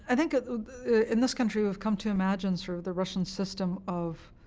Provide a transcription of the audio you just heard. and think in this country, we've come to imagine sort of the russian system of